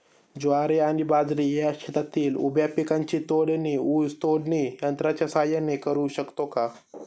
ज्वारी आणि बाजरी या शेतातील उभ्या पिकांची तोडणी ऊस तोडणी यंत्राच्या सहाय्याने करु शकतो का?